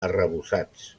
arrebossats